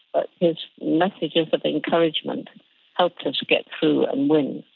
but his messages of encouragement helped us get through and win.